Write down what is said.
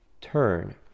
turn